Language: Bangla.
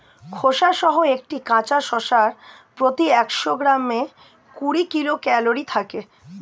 খোসাসহ একটি কাঁচা শসার প্রতি একশো গ্রামে কুড়ি কিলো ক্যালরি থাকে